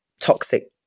toxic